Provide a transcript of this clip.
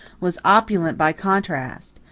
was opulent by contrast,